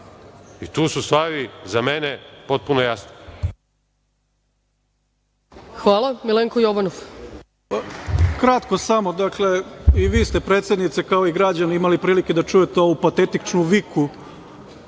i tu su stvari za mene potpuno jasne.